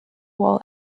wall